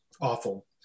awful